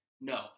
No